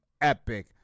epic